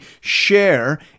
share